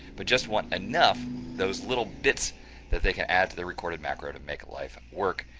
but just want enough those little bits that they can add to the recorded macro to make life work.